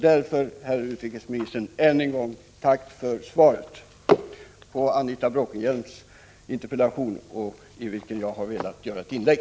Därför, herr utrikesminister, ber jag än en gång att få tacka för svaret på Anita Bråkenhielms interpellation, med anledning av vilken jag har velat göra detta inlägg.